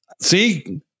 See